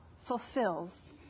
fulfills